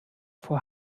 vor